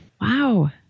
Wow